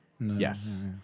Yes